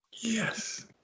Yes